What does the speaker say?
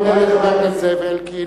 אני מודה לחבר הכנסת זאב אלקין,